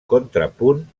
contrapunt